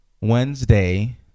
Wednesday